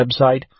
website